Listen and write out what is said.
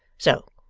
so.